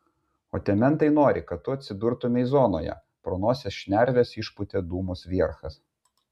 o tie mentai nori kad tu atsidurtumei zonoje pro nosies šnerves išpūtė dūmus vierchas